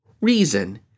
reason